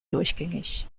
durchgängig